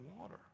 water